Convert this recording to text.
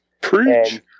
preach